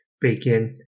bacon